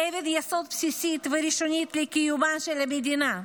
אבן יסוד בסיסית וראשונית לקיומה של המדינה,